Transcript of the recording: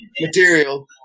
material